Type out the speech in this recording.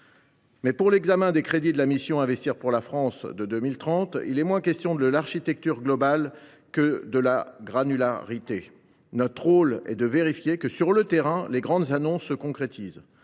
Pour l’examen des crédits de la mission « Investir pour la France de 2030 », il est moins question de l’architecture globale que de la granularité. Notre rôle est en effet de vérifier que les grandes annonces se concrétisent